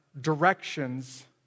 directions